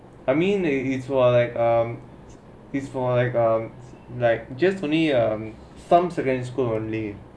I mean it's more like um it's more like um like just only some secondary school only